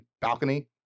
balcony